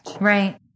Right